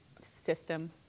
system